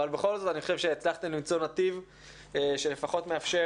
אבל בכל זאת אני חושב שהצלחתם למצוא נתיב שלפחות מאפשר